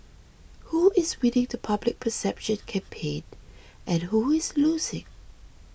who is winning the public perception campaign and who is losing